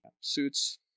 Suits